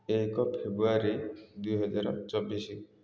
ଏକ ଫେବୃଆରୀ ଦୁଇହଜାର ଚବିଶି